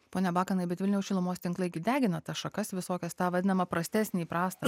pone bakanai bet vilniaus šilumos tinklai degina tas šakas visokias tą vadinamą prastesnį prastą